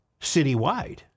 citywide